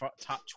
top